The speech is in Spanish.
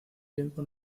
tiempo